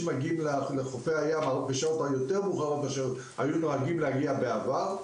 מגיעים לחופי הים בשעות מאוחרות יותר ממה שהיו נוהגים להגיע בעבר,